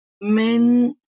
Men